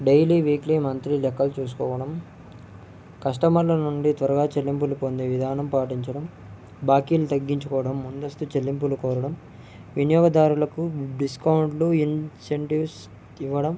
daily weekly monthly లెక్కలు చూసుకోవడం కస్టమర్ల నుండి త్వరగా చెల్లింపులు పొందే విధానం పాటించడం బాకీలు తగ్గించుకోవడం ముందస్తు చెల్లింపులు కోరడం వినియోగదారులకు డిస్కౌంట్లు ఇన్సెంటివ్స్ ఇవ్వడం